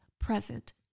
present